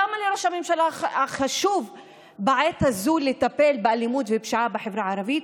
למה לראש הממשלה חשוב בעת הזאת לטפל באלימות ובפשיעה בחברה הערבית?